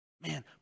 Man